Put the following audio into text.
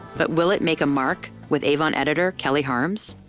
but will it make a mark with avon editor kelly harms?